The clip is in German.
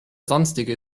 sonstige